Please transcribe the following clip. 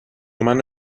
منو